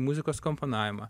muzikos komponavimą